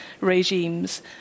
regimes